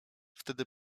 wtedy